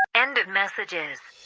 end of messages